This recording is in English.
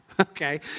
okay